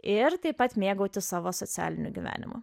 ir taip pat mėgautis savo socialiniu gyvenimu